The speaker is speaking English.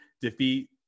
defeat